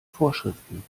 vorschriften